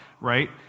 right